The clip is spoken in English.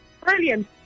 Brilliant